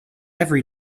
every